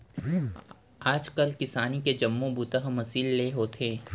आज काल किसानी के जम्मो बूता ह मसीन ले होथे